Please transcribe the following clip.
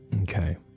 Okay